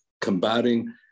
combating